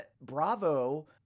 Bravo